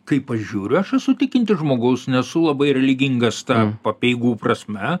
kaip aš žiūriu aš esu tikintis žmogus nesu labai religingas ta apeigų prasme